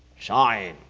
Shine